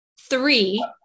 three